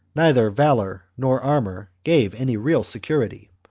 neither valour nor armour gave any real security,